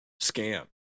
scam